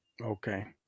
Okay